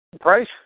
Price